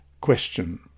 Question